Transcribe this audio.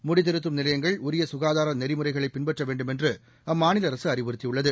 முடித்திருத்தும் நிலையங்கள் உரிய சுகாதார நெறிமுறைகளை பின்பற்ற வேண்டுமென்று அம்மாநில அரசு அறிவுறுத்தியுள்ளது